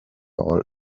old